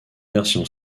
version